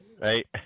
Right